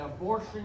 abortion